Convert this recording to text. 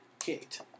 Kate